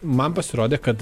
man pasirodė kad